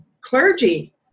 clergy